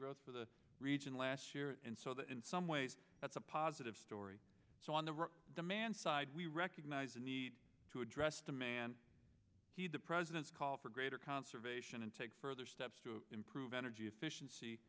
growth for the region last year and so that in some ways that's a positive story so on the demand side we recognize the need to address demand president's call for greater conservation and take further steps to improve energy efficiency